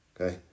Okay